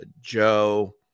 Joe